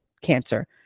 cancer